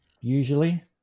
usually